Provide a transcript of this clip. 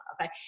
Okay